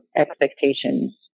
expectations